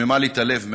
שחיממה לי את הלב מאוד,